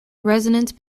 resonance